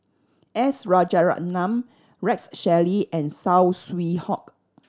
S Rajaratnam Rex Shelley and Saw Swee Hock